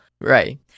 Right